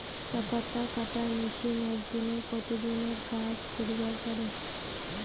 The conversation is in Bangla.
চা পাতা কাটার মেশিন এক দিনে কতজন এর কাজ করিবার পারে?